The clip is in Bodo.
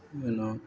उनाव